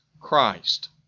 Christ